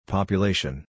Population